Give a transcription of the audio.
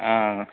ஆ